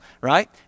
right